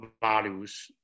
values